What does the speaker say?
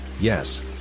yes